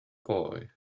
boy